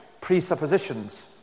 presuppositions